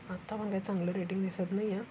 आता पण काही चांगलं रेटिंग दिसत नाही आहे